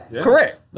Correct